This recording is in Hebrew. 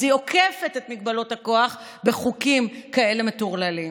אז היא עוקפת את מגבלות הכוח בחוקים כאלה מטורללים.